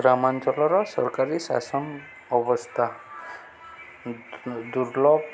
ଗ୍ରାମାଞ୍ଚଳର ସରକାରୀ ଶାସନ ଅବସ୍ଥା ଦୁର୍ଲଭ